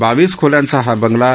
बावीस खोल्यांचा हा बंगला एच